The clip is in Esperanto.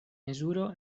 mezuro